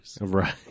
Right